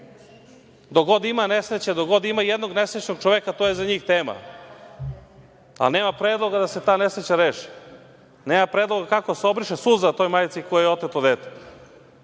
Dok god ima nesreće, dok god ima jednog nesrećnog čoveka, to je za njih tema, ali nema predloga da se ta nesreća reši. Nema predloga kako da se obriše suza toj majci kojoj je oteto dete.